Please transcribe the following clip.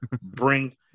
Bring